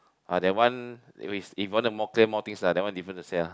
uh that one we if want more claim more things that one different to say lah